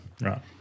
Right